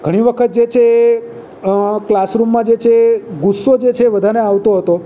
ઘણી વખત જે છે એ ક્લાસરૂમમાં જે છે એ ગુસ્સો જે છે એ બધાને આવતો હતો